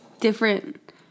different